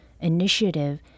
initiative